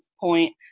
point